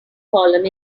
column